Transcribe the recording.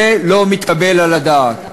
זה לא מתקבל על הדעת,